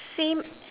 same